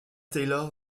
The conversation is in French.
taylor